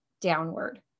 downward